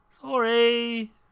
sorry